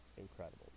incredible